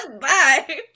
Bye